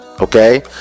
okay